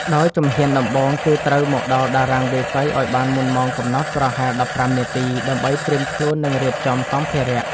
ដោយជំហានដំបូង គឺត្រូវមកដល់តារាងវាយសីឱ្យបានមុនម៉ោងកំណត់ប្រហែល ១៥នាទី ដើម្បីត្រៀមខ្លួន និងរៀបចំសម្ភារៈ។